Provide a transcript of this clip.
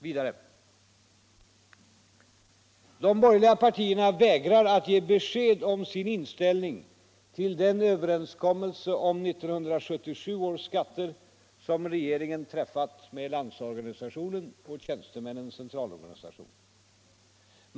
Vidare: De borgerliga partierna vägrar att ge besked om sin inställning till den överenskommelse om 1977 års skatter som regeringen träffat med Landsorganisationen och Tjänstemännens centralorganisation.